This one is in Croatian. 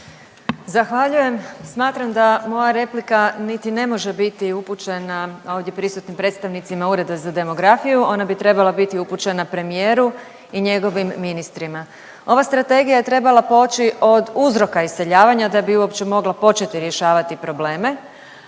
Zahvaljujem. Smatram da moja replika niti ne može biti upućena ovdje prisutnim predstavnicima Ureda za demografiju, ona bi trebala biti upućena premijeru i njegovim ministrima. Ova Strategija je trebala poći od uzroka iseljavanja da bi uopće mogla početi rješavati probleme,